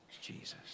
Jesus